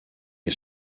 est